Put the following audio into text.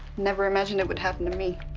never imagined it would happen to me.